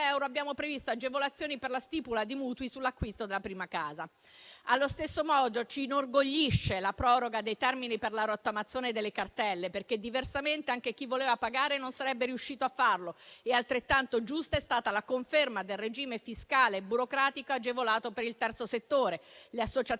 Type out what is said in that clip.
euro abbiamo previsto agevolazioni per la stipula di mutui sull'acquisto della prima casa. Allo stesso modo, ci inorgoglisce la proroga dei termini per la rottamazione delle cartelle, perché diversamente anche chi voleva pagare non sarebbe riuscito a farlo. Altrettanto giusta è stata la conferma del regime fiscale burocratico agevolato per il terzo settore, le associazioni